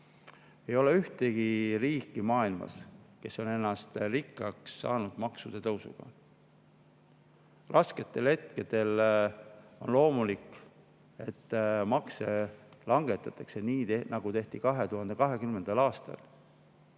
ei ole ühtegi riiki, kes on rikkaks saanud maksude tõusu tõttu. Raskel hetkel on loomulik, et makse langetatakse, nii nagu tehti 2020. aastal,